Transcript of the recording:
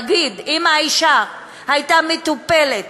להגיד: אם האישה הייתה מטופלת